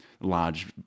large